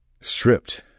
stripped